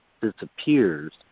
disappears